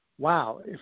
wow